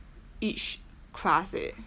each class eh